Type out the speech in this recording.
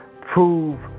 prove